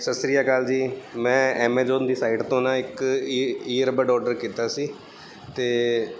ਸਤਿ ਸ਼੍ਰੀ ਅਕਾਲ ਜੀ ਮੈਂ ਐਮਾਜੋਨ ਦੀ ਸਾਈਡ ਤੋਂ ਨਾ ਇੱਕ ਈ ਈਅਰਬਡ ਆਰਡਰ ਕੀਤਾ ਸੀ ਅਤੇ